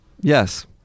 Yes